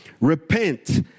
Repent